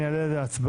אני מעלה להצבעה.